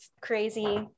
crazy